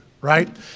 right